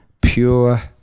pure